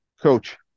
coach